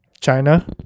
China